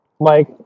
Mike